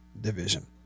division